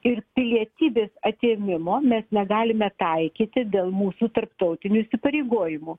ir pilietybės atėmimo mes negalime taikyti dėl mūsų tarptautinių įsipareigojimų